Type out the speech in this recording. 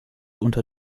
unter